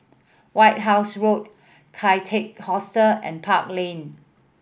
White House Road Kian Teck Hostel and Park Lane